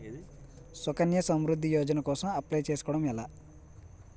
సుకన్య సమృద్ధి యోజన కోసం అప్లయ్ చేసుకోవడం ఎలా?